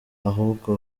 ahubwo